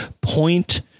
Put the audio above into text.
point